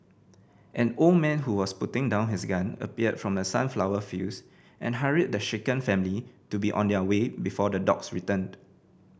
an old man who was putting down his gun appeared from the sunflower fields and hurried the shaken family to be on their way before the dogs returned